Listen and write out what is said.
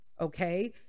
Okay